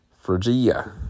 Phrygia